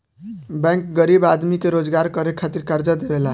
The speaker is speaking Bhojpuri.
बैंक गरीब आदमी के रोजगार करे खातिर कर्जा देवेला